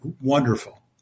wonderful